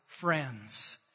friends